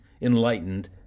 enlightened